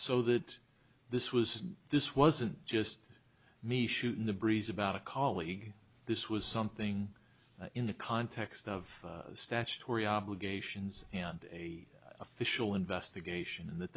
so that this was this wasn't just me shooting the breeze about a colleague this was something in the context of statutory obligations and a official investigation and that